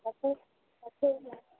बसि बसि